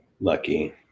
lucky